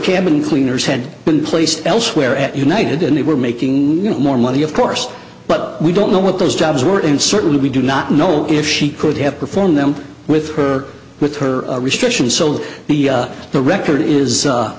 cabin cleaners had been placed elsewhere at united and they were making more money of course but we don't know what those jobs were and certainly we do not know if she could have performed them with her with her restriction sold the the record is